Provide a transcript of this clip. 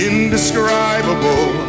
Indescribable